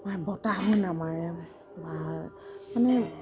বতাহে নামাৰে ভাল মানে